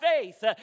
faith